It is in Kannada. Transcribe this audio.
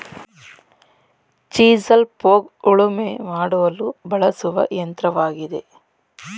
ಚಿಸಲ್ ಪೋಗ್ ಉಳುಮೆ ಮಾಡಲು ಬಳಸುವ ಕೃಷಿಯಂತ್ರವಾಗಿದೆ